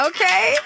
Okay